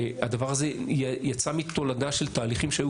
הדבר הזה יצא מתולדה של תהליכים שהיו